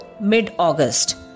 mid-August